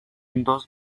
dos